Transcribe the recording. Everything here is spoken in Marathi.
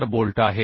चार बोल्ट आहेत